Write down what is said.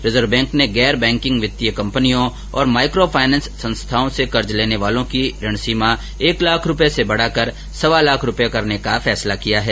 reserve bank ने गैर banking वित्तीय कंपनियों और माइक्रो फाइनेंस संस्थाओं से कर्ज लेने वालों की ऋण सीमा एक लाख रुपये से बढाकर सवा लाख रुपये करने का फैसला किया है